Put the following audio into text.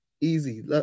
easy